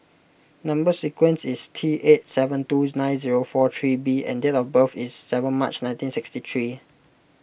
Number Sequence is T eight seven two nine zero four three B and date of birth is seven March nineteen sixty three